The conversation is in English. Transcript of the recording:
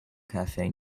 cafe